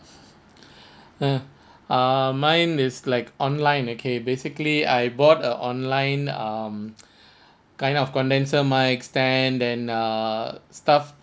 ah ah mine is like online okay basically I bought a online um kind of condenser mic stand then err stuff